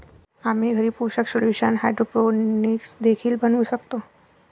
आम्ही घरी पोषक सोल्यूशन हायड्रोपोनिक्स देखील बनवू शकतो